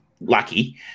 lucky